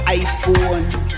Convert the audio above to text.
iPhone